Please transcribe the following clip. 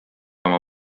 oma